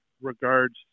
regards